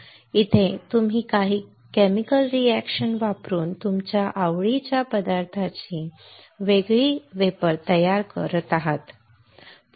इथे तुम्ही chemical reaction वापरून तुमच्या आवडीच्या पदार्थांची वेगळी वेपर तयार करत आहात बरोबर